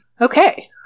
Okay